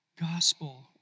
gospel